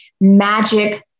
magic